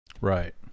right